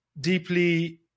deeply